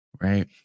Right